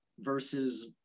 versus